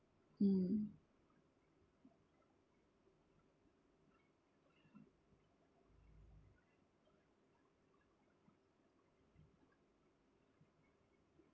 mm